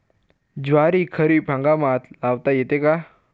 ज्वारी खरीप हंगामात लावता येते का?